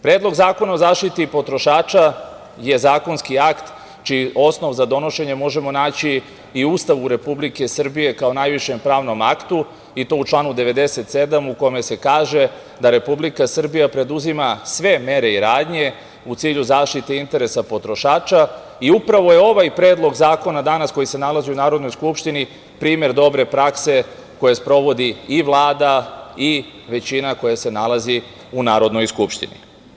Predlog zakona o zaštiti potrošača je zakonski akt čiji osnov za donošenje možemo naći i u Ustavu Republike Srbije, kao najvišem pravnom aktu, i to u članu 97. u kome se kaže da Republika Srbija preduzima sve mere i radnje u cilju zaštite interesa potrošača i upravo je ovaj predlog zakona danas, koji se nalazi u Narodnoj skupštini, primer dobre prakse koju sprovodi i Vlada i većina koja se nalazi u Narodnoj skupštini.